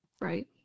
Right